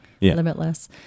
limitless